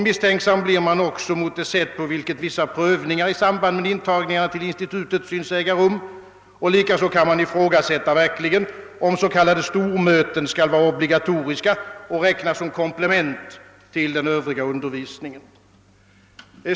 Misstänksam blir man också mot det sätt, på vilket vissa prövningar i samband med intagningar till institutet synes äga rum, och likaså kan man verkligen ifrågasätta om s.k. stormöten skall vara obligatoriska och räknas som komplement till den övriga undervisningen.